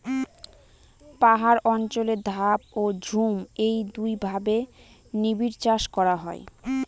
পাহাড় অঞ্চলে ধাপ ও ঝুম এই দুইভাবে নিবিড়চাষ করা হয়